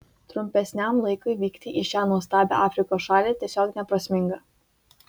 trumpesniam laikui vykti į šią nuostabią afrikos šalį tiesiog neprasminga